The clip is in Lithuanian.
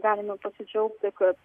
galime pasidžiaugti kad